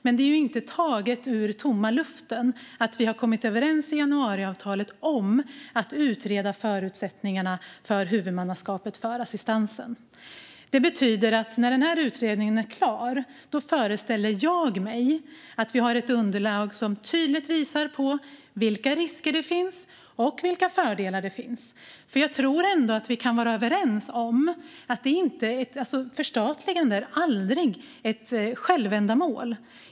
Men det är inte taget ur tomma luften att vi har kommit överens i januariavtalet om att utreda förutsättningarna för huvudmannaskapet för assistansen. När utredningen är klar föreställer jag mig att vi har ett underlag som tydligt visar på vilka risker det finns och vilka fördelar det finns, för jag tror ändå att vi kan vara överens om att ett förstatligande aldrig är ett självändamål.